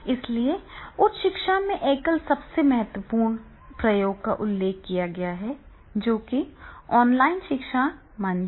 इसलिए उच्च शिक्षा में एकल सबसे महत्वपूर्ण प्रयोग का उल्लेख किया गया है जो कि ऑनलाइन शिक्षा मंच है